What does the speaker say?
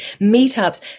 meetups